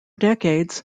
decades